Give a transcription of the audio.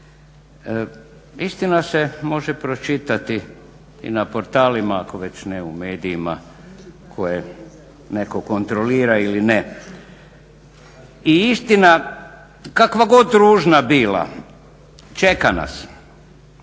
Istina se može pročitati i na portalima ako već ne u medijima koje netko kontrolira ili ne. I istina kakva god ružna bila čeka nas,